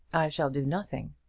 shall do nothing.